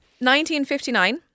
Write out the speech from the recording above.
1959